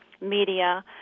media